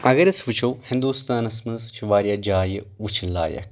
اگر أسۍ وٕچھو ہندوستانس منٛز چھِ واریاہ جایہِ وٕچھٕنۍ لایق